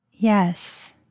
Yes